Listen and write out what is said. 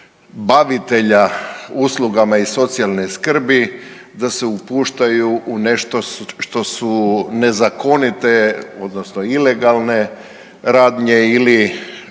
bavitelja uslugama iz socijalne skrbi da upuštaju u nešto što su nezakonite odnosno ilegalne radnje ili